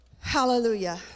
Hallelujah